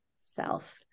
self